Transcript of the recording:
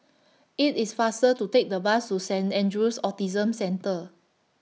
IT IS faster to Take The Bus to Saint Andrew's Autism Centre